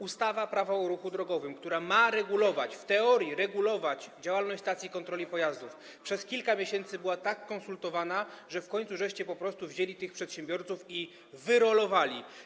Ustawa Prawo o ruchu drogowym, która ma regulować, w teorii regulować działalność stacji kontroli pojazdów, przez kilka miesięcy była tak konsultowana, że w końcu po prostu wzięliście tych przedsiębiorców i wyrolowaliście.